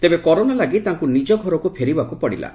ତେବେ କରୋନା ଲାଗି ତାଙ୍କୁ ନିଜ ଘରକୁ ଫେରିବାକୁ ପଡ଼ିଲା